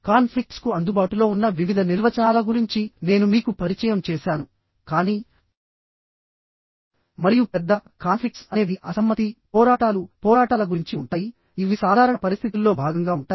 conflicts కు అందుబాటులో ఉన్న వివిధ నిర్వచనాల గురించి నేను మీకు పరిచయం చేసాను కానీమరియు పెద్ద కాన్ఫ్లిక్ట్స్ అనేవి అసమ్మతి పోరాటాలు పోరాటాల గురించి ఉంటాయి ఇవి సాధారణ పరిస్థితుల్లో భాగంగా ఉంటాయి